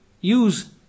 use